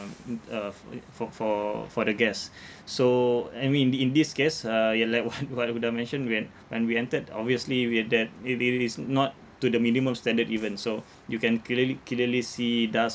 um uh f~ eh for for for the guests so I mean in thi~ in this case uh you lack what~ whatever that I mentioned when when we entered obviously with that if it is not to the minimum standard even so you can clearly clearly see dusts